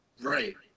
Right